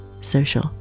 social